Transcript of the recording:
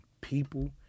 people